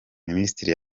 minisitiri